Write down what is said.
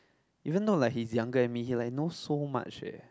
even though like he's younger than me he like know so much eh